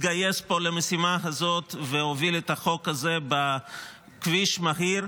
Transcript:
התגייס למשימה הזאת והוביל את החוק הזה בכביש מהיר.